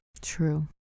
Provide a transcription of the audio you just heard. True